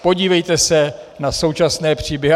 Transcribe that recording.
Podívejte se na současné příběhy.